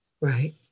Right